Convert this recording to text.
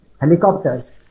helicopters